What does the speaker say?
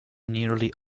nearly